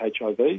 HIV